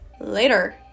later